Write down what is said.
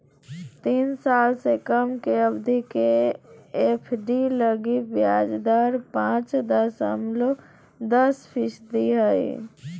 तीन साल से कम के अवधि के एफ.डी लगी ब्याज दर पांच दशमलब दस फीसदी हइ